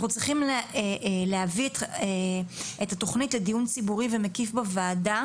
אנחנו צריכים להביא את התוכנית לדיון ציבורי ומקיף בוועדה,